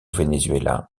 venezuela